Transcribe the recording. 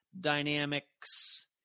dynamics